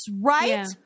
right